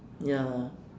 ya